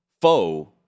foe